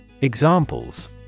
Examples